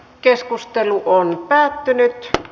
keskustelu päättyi